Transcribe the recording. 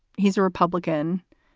he's a republican.